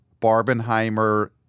Barbenheimer